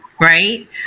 Right